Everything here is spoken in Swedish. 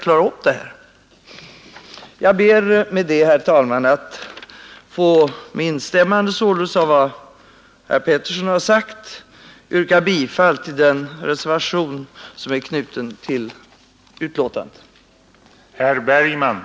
Med detta, herr talman, och med instämmande i vad herr Petersson har sagt yrkar jag bifall till den reservation som är knuten till civilutskottets betänkande.